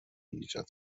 ایجاد